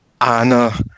Anna